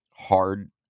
Hard